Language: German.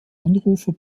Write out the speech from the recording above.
anrufer